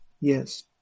Yes